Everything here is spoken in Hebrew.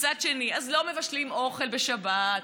ומצד שני לא מבשלים אוכל בשבת,